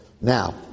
Now